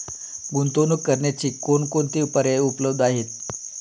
गुंतवणूक करण्याचे कोणकोणते पर्याय उपलब्ध आहेत?